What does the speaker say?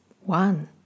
one